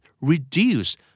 reduce